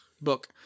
book